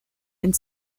and